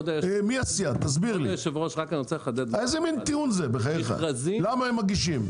בחייך, איזה מן טיעון זה "למה הם מגישים"?